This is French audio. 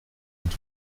êtes